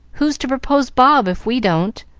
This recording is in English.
who's to propose bob if we don't?